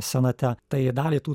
senate tai dalį tų